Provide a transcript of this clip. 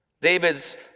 David's